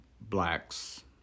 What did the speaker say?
Blacks